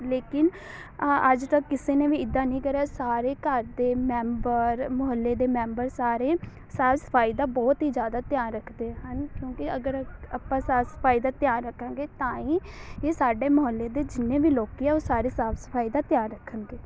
ਲੇਕਿਨ ਅ ਅੱਜ ਤੱਕ ਕਿਸੇ ਨੇ ਵੀ ਇੱਦਾਂ ਨਹੀਂ ਕਰਿਆ ਸਾਰੇ ਘਰ ਦੇ ਮੈਂਬਰ ਮੁਹੱਲੇ ਦੇ ਮੈਂਬਰ ਸਾਰੇ ਸਾਫ਼ ਸਫਾਈ ਦਾ ਬਹੁਤ ਹੀ ਜ਼ਿਆਦਾ ਧਿਆਨ ਰੱਖਦੇ ਹਨ ਕਿਉਂਕਿ ਅਗਰ ਆਪਾਂ ਸਾਫ਼ ਸਫਾਈ ਦਾ ਧਿਆਨ ਰੱਖਾਂਗੇ ਤਾਂ ਹੀ ਇਹ ਸਾਡੇ ਮੁਹੱਲੇ ਦੇ ਜਿੰਨੇ ਵੀ ਲੋਕ ਆ ਉਹ ਸਾਰੇ ਸਾਫ਼ ਸਫਾਈ ਦਾ ਧਿਆਨ ਰੱਖਣਗੇ